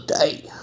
day